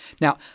Now